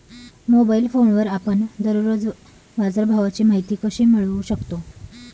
Mobile फोनवर आपण दररोज बाजारभावाची माहिती कशी मिळवू शकतो?